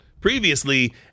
previously